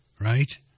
right